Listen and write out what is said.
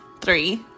Three